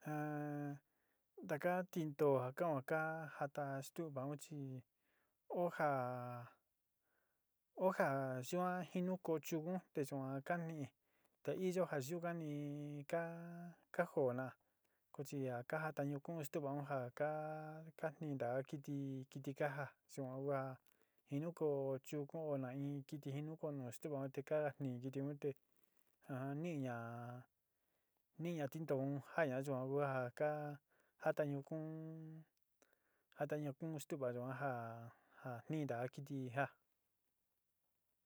Taka tintoo ja kan'o ka jata stuvaun chi oó ja oó ja yuan jinu ko chugun te yuan kanii te iyo ja yukani ka ka jo'ó na kutxia ka jata ñukuún stu'uvaun ja ka nijnta in kɨtɨ kɨtɨ ka já yuan kua jinio koo chuku oó na jin kɨtɨ jinu koo nu stuvaun te ka jitni tiún un te a ni'iña ni'iña tintoo un jaaña yuan kua a ka jata ñukuún jata ñukuún stu'uva yuan ja ja nijtaaan kɨtɨ jaá.